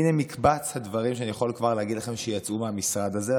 הינה מקבץ הדברים שאני יכול כבר להגיד לכם שיצאו מהמשרד הזה,